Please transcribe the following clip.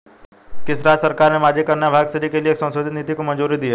किस राज्य सरकार ने माझी कन्या भाग्यश्री के लिए एक संशोधित नीति को मंजूरी दी है?